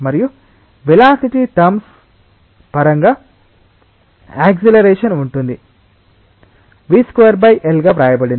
మరియు వెలాసిటి టర్మ్స్పరంగా యాక్సిలరెషన్ ఉంటుంది V2 L గా వ్రాయబడింది